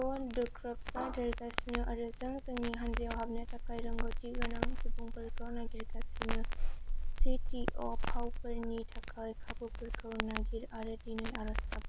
क'डक्राफ्टआ देरगासिनो आरो जों जोंनि हानजायाव हाबनो थाखाय रोंग'थिगोनां सुबुंफोरखौ नागिरगासिनो सीटीअ' फावफोरनि थाखाय खाबुफोरखौ नागिर आरो दिनै आर'ज गाब